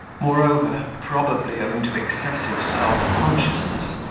moreover, probably owing to excessive self-consciousness,